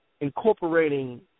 incorporating